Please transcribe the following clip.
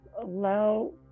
allow